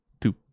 two